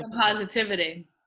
positivity